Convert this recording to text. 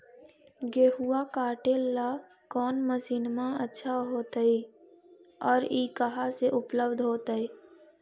गेहुआ काटेला कौन मशीनमा अच्छा होतई और ई कहा से उपल्ब्ध होतई?